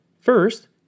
First